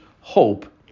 hope